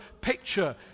picture